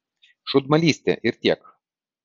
šūdmalystė ir tiek